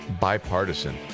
bipartisan